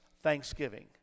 Thanksgiving